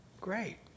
Great